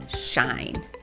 shine